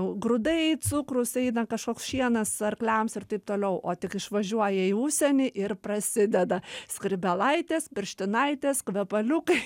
grūdai cukrus eina kažkoks šienas arkliams ir taip toliau o tik išvažiuoja į užsienį ir prasideda skrybėlaitės pirštinaitės kvepaliukai